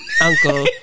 uncle